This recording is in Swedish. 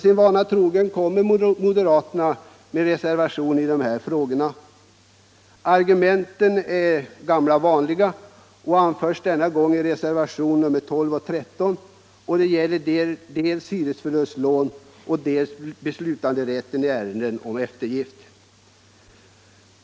Sin vana trogen kommer moderaterna med reservationer i de här frågorna. Argumenten är de gamla vanliga och anförs denna gång i reservationerna 12 och 13 — de gäller dels hyresförlustlånen, dels beslutandérätten i ärenden om eftergift.